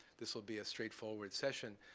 this will be a straightforward session.